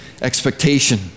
expectation